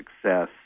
success